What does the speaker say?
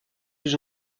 plus